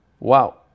Wow